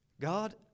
God